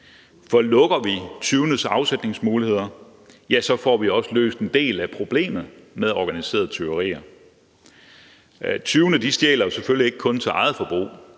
for lukker vi tyvenes afsætningsmuligheder, får vi også løst en del af problemet med organiserede tyverier. Tyvene stjæler selvfølgelig ikke kun til eget forbrug